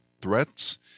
threats